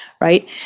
right